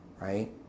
right